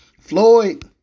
Floyd